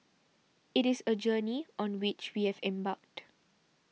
it is a journey on which we have embarked